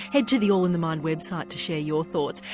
head to the all in the mind website to share your thoughts,